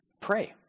pray